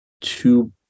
two